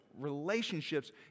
relationships